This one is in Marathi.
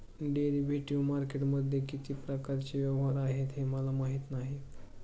डेरिव्हेटिव्ह मार्केटमध्ये किती प्रकारचे व्यवहार आहेत हे मला माहीत नाही